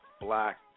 black